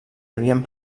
havien